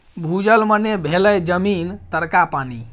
भूजल मने भेलै जमीन तरका पानि